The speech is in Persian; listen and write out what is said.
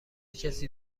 کسی